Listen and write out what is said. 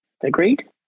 Agreed